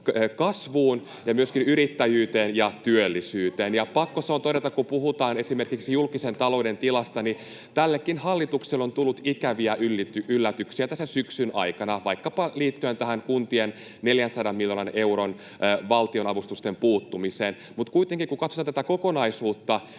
kasvuun ja myöskin yrittäjyyteen ja työllisyyteen. [Juho Eerolan välihuuto] Ja pakko se on todeta, että kun puhutaan esimerkiksi julkisen talouden tilasta, niin tällekin hallitukselle on tullut ikäviä yllätyksiä tässä syksyn aikana, vaikkapa liittyen tähän kuntien 400 miljoonan euron valtionavustusten puuttumiseen. Mutta kuitenkin, kun katsotaan tätä kokonaisuutta,